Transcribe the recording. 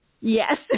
Yes